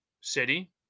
city